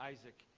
Isaac